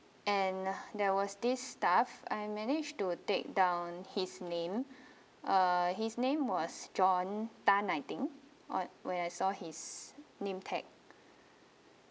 and there was this staff I managed to take down his name uh his name was john tan I think on when I saw his name tag